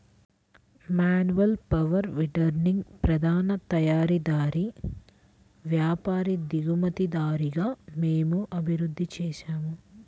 manual power వీడర్ని ప్రధాన తయారీదారు, వ్యాపారి, దిగుమతిదారుగా మేము అభివృద్ధి చేసాము